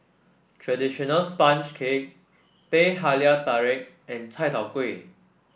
traditional sponge cake Teh Halia Tarik and Chai Tow Kway